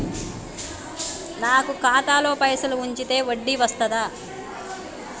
నాకు ఖాతాలో పైసలు ఉంచితే వడ్డీ వస్తదా?